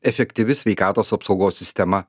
efektyvi sveikatos apsaugos sistema